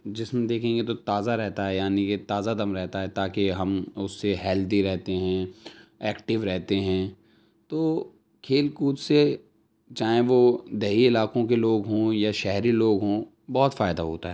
جسم دیکھیں گے تو تازہ رہتا ہے یعنی کہ تازہ دم رہتا ہے تاکہ ہم اس سے ہیلدی رہتے ہیں ایکٹو رہتے ہیں تو کھیل کود سے چاہے وہ دیہی علاقوں کے لوگ ہوں یا شہری لوگ ہوں بہت فائدہ ہوتا ہے